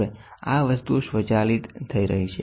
હવે આ વસ્તુઓ સ્વચાલિત થઈ રહી છે